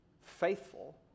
faithful